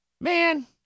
man